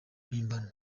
mpimbano